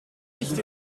nicht